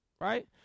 right